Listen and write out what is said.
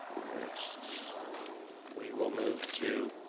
next we will move to